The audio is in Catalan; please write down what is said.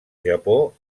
japó